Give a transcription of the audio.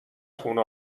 خونه